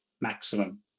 maximum